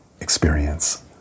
experience